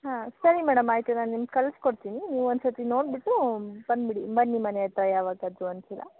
ಹಾಂ ಸರಿ ಮೇಡಮ್ ಆಯಿತು ನಾನು ನಿಮ್ಗೆ ಕಳ್ಸಿ ಕೊಡ್ತೀನಿ ನೀವು ಒಂದು ಸರ್ತಿ ನೋಡಿಬಿಟ್ಟು ಬಂದುಬಿಡಿ ಬನ್ನಿ ಮನೆ ಹತ್ರ ಯಾವತ್ತಾದರೂ ಒಂದು ಸಲ